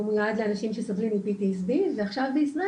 ומיועד לאנשים שסובלים מ-PTSD ועכשיו בישראל